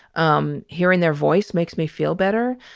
um hearing their voice makes me feel better.